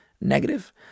negative